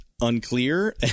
Unclear